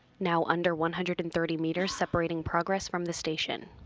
now under one hundred and thirty meters separating progress from the station.